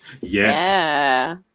Yes